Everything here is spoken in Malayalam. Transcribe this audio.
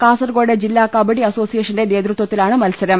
കാസർകോട് ജില്ലാ കബഡി അസോസിയേഷൻ നേതൃത്വത്തിലാണ് മത്സരം